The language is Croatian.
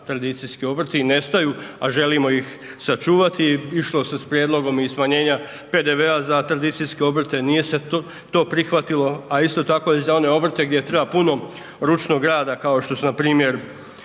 tradicijski obrti i nestaju, a želimo ih sačuvati. Išlo s prijedlogom i smanjenja PDV-a za tradicijske obrte, nije se to prihvatilo, a isto tako i za one obrte gdje treba ručnog rada kao što su npr.